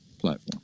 platform